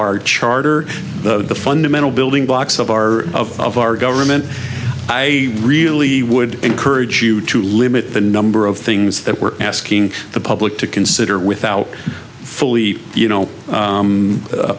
our charter the fundamental building blocks of our of our government i really would encourage you to limit the number of things that we're asking the public to consider without fully you know